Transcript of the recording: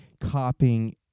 copying